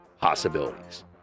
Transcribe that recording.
possibilities